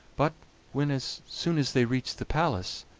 but when, as soon as they reached the palace,